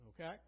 okay